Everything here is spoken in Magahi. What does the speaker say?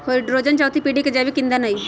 हैड्रोजन चउथी पीढ़ी के जैविक ईंधन हई